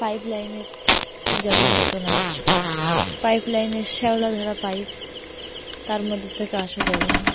পাইপলাইনের জলের মতো নয় পাইপলাইনের শ্যাওলা ধরা পাইপ তার মধ্যে থেকে আসা জল নয়